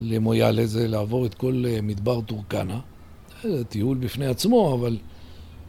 למויאל לזה לעבור את כל מדבר טורקאנה. זה טיול בפני עצמו, אבל...